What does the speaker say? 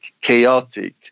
chaotic